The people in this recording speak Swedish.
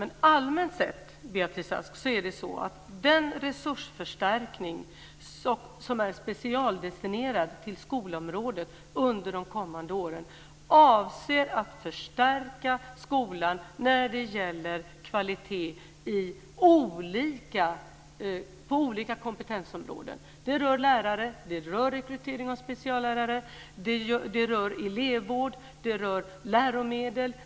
Men allmänt sett, Beatrice Ask, är det så att den resursförstärkning som är specialdestinerad till skolområdet under de kommande åren avser att förstärka skolan när det gäller kvalitet på olika kompetensområden. Det rör lärare, rekrytering av speciallärare, elevvård och läromedel.